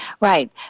Right